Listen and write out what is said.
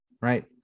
right